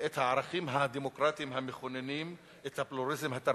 והערכים הדמוקרטיים המכוננים את הפלורליזם התרבותי,